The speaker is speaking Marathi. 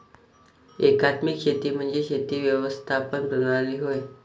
एकात्मिक शेती म्हणजे शेती व्यवस्थापन प्रणाली होय